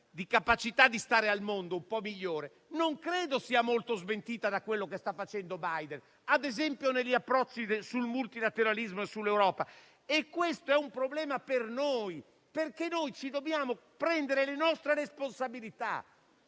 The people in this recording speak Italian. una capacità di stare al mondo leggermente migliore - non credo sia molto smentita da quello che sta facendo Biden, ad esempio negli approcci sul multilateralismo e sull'Europa. Questo è un problema per noi, perché dobbiamo prenderci le nostre responsabilità.